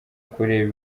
kureba